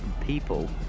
people